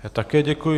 Já také děkuji.